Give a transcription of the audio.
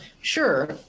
Sure